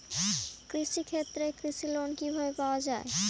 কৃষি ক্ষেত্রে কৃষি লোন কিভাবে পাওয়া য়ায়?